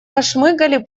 пошмыгали